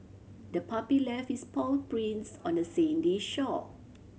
the puppy left its paw prints on the sandy shore